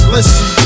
Listen